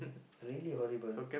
really horrible